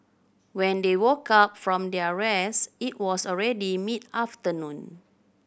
when they woke up from their rest it was already mid afternoon